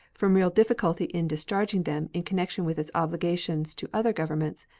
from real difficulty in discharging them in connection with its obligations to other governments,